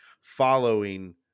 following